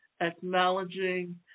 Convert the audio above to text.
acknowledging